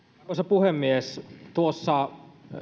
puhemies tuossa